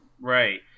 right